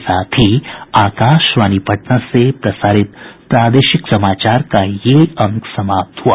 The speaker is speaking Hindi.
इसके साथ ही आकाशवाणी पटना से प्रसारित प्रादेशिक समाचार का ये अंक समाप्त हुआ